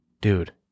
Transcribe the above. Dude